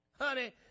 Honey